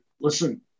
Listen